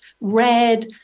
red